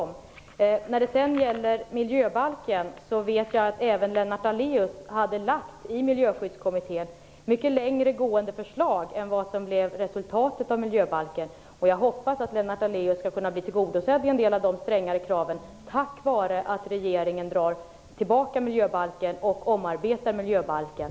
I fråga om miljöbalken vet jag att Lennart Daléus i Miljöskyddskommittén hade lagt fram mycket mer långtgående förslag än vad som blev resultatet av miljöbalken. Jag hoppas att Lennart Daléus skall kunna bli tillgodosedd genom en del av de strängare kraven, tack vare att regeringen drar tillbaka miljöbalken för att omarbeta den.